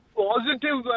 positive